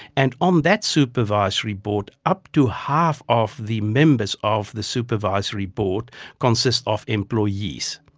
and on that supervisory board up to half of the members of the supervisory board consist of employees.